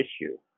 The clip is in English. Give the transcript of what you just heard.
issue